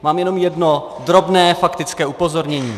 Mám jenom jedno drobné faktické upozornění.